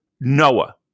Noah